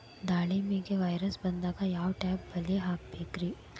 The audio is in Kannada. ದಾಳಿಂಬೆಗೆ ವೈರಸ್ ಬರದಂಗ ಯಾವ್ ಟೈಪ್ ಬಲಿ ಹಾಕಬೇಕ್ರಿ?